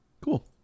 Cool